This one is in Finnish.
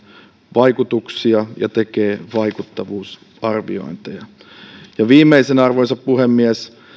vaikutuksia ja tekee vaikuttavuusarviointeja ja viimeisenä arvoisa puhemies